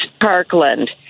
Parkland